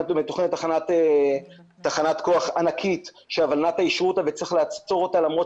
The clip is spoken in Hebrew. שם יש תוכניות לתחנת כוח ענקית שאישרו אותה וצריך לעצור אותה למרות